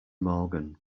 morgan